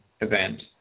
event